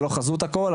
זה לא חזות הכל,